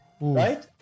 right